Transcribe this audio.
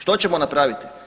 Što ćemo napraviti?